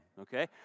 Okay